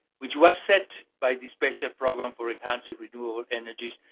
which was set by the special program for enhancing renewable energies.